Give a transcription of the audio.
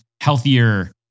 healthier